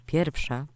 Pierwsza